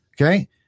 Okay